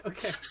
Okay